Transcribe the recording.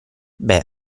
beh